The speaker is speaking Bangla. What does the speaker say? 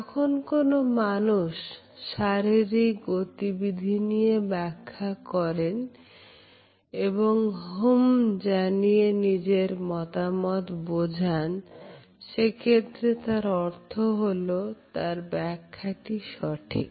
যখন কোন মানুষ শারীরিক গতিবিধি নিয়ে ব্যাখ্যা করেন এবং হুম জানিয়ে নিজের মতামত বোঝান সেক্ষেত্রে তার অর্থ হলো তার ব্যাখ্যা টি সঠিক